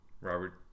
Robert